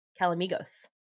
Calamigos